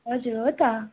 हजुर हो त